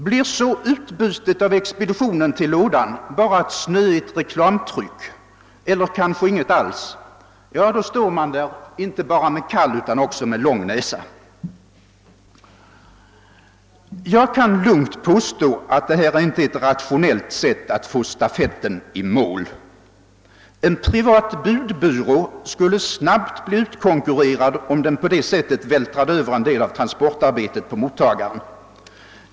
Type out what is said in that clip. Blir utbytet av expeditionen till lådan bara ett snöigt reklamtryck eller kanske inget alls — ja, då står man inte bara med kall utan också med lång näsa. Jag kan lugnt påstå, att detta inte är ett rationellt sätt att få stafetten i mål. En privat budbyrå skulle snabbt bli utkonkurrerad, om den på det sättet vältrade över en del av transportarbetet på mottagaren.